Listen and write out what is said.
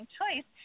choice